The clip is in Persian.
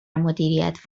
مدیریت